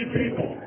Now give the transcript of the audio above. people